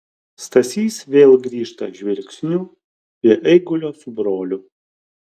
stasys vėl grįžta žvilgsniu prie eigulio su broliu